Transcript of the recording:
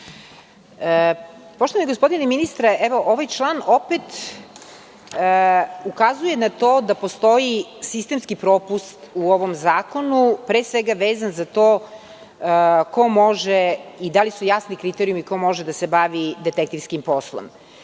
Poštovani gospodine ministre, ovaj član opet ukazuje na to da postoji sistemski propust u ovom zakonu, pre svega, vezan za to ko može i da li su jasni kriterijumi ko može da se bavi detektivskim poslom. Dakle,